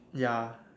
ya